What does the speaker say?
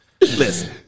Listen